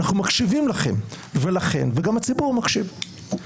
אנחנו מקשיבים לכם, וגם הציבור מקשיב.